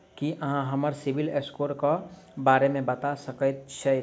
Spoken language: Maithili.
की अहाँ हमरा सिबिल स्कोर क बारे मे बता सकइत छथि?